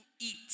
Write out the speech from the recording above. eat